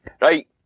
Right